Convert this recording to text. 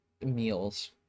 meals